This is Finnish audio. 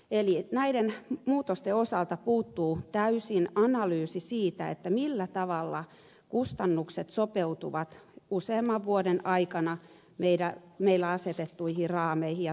eli näiden muutosten osalta puuttuu täysin analyysi siitä millä tavalla kustannukset sopeutuvat useamman vuoden aikana meille asetettuihin raameihin ja tuottavuustavoitteisiin